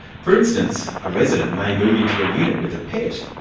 for instance, a resident may move into a unit with a pet,